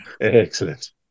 Excellent